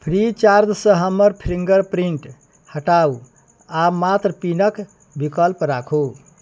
Freecharge सँ हमर finger print हटाउ आ मात्र पिनक विकल्प राखू